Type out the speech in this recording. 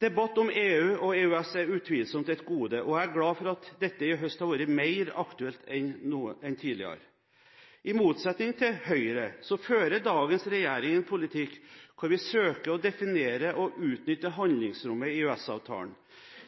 Debatt om EU og EØS er utvilsomt et gode, og jeg er glad for at dette i høst har vært mer aktuelt enn tidligere. I motsetning til Høyre, fører dagens regjering en politikk hvor vi søker å definere og utnytte handlingsrommet i EØS-avtalen.